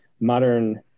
Modern